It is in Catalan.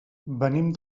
venim